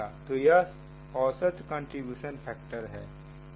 तो यह औसत कंट्रीब्यूशन फैक्टर है